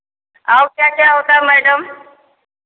और क्या क्या होता है मैडम